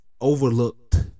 overlooked